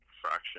Fraction